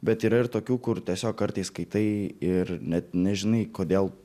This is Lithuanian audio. bet yra ir tokių kur tiesiog kartais skaitai ir net nežinai kodėl